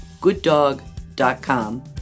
gooddog.com